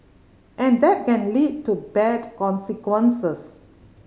and that can lead to bad consequences